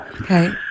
okay